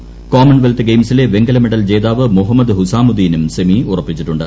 Commonwealth ഗെയിംസിലെ വെങ്കല medal ജേതാവ് മുഹമ്മ്ദ് ഹുസ്സ്ലാമൂട്ടീനും സെമി ഉറപ്പിച്ചിട്ടുണ്ട്